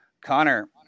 Connor